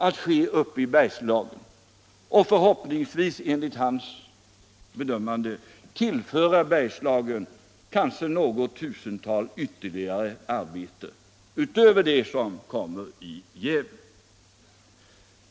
Enligt hans bedömande kommer förhoppningsvis något tusental arbeten att tillföras Bergslagen utöver de arbeten som tillförs Gävle.